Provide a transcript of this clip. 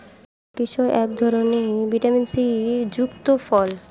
kiwi এক ধরনের vitamin C যুক্ত ফল